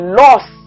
loss